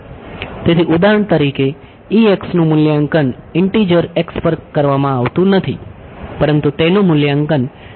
તેથી ઉદાહરણ તરીકે Ex નું મૂલ્યાંકન ઇંટીજર x પર કરવામાં આવતું નથી પરંતુ તેનું મૂલ્યાંકન ઇંટીજર y પર કરવામાં આવે છે